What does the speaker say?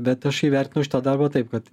bet aš įvertinau šitą darbą taip kad